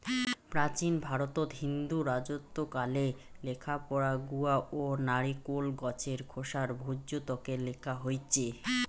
প্রাচীন ভারতত হিন্দু রাজত্বকালে লেখাপড়া গুয়া ও নারিকোল গছের খোসার ভূর্জত্বকে লেখা হইচে